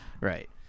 Right